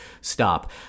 stop